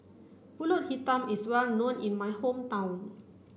Pulut Hitam is well known in my hometown